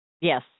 Yes